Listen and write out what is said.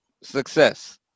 success